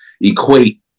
equate